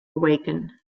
awaken